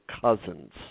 cousins